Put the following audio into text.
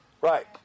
Right